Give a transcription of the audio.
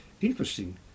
interesting